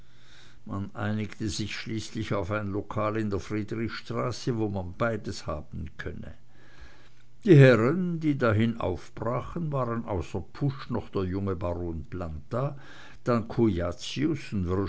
man einigte sich schließlich auf ein lokal in der friedrichstraße wo man beides haben könne die herren die dahin aufbrachen waren außer pusch noch der junge baron planta dann